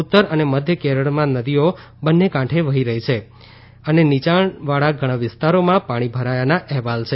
ઉત્તર અને મધ્ય કેરળમાં નદીઓ બે કાઠે વહી રહી છે અને નીયાણવાળા ઘણા વિસ્તારોમાં પાણી ભરાયાના અહેવાલ છે